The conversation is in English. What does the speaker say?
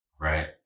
Right